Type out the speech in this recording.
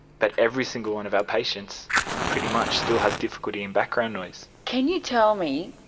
but every single one of our patients pretty much still has difficulty in background noise. can you tell me,